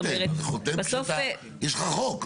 חותם שאתה, יש לך חוק.